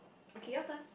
okay your turn